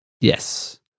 Yes